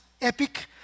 epic